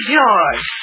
George